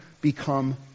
become